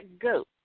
goat